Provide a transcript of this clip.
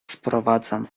sprowadzam